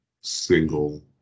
single